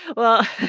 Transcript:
well